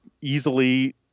easily